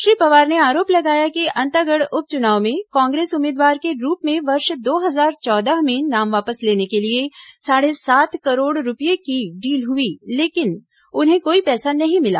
श्री पवार ने आरोप लगाया कि अंतागढ़ उप चुनाव में कांग्रेस उम्मीदवार के रूप में वर्ष दो हजार चौदह में नाम वापस लेने के लिए साढ़े सात करोड़ रूपये की डील हुई लेकिन उन्हें कोई पैसा नहीं मिला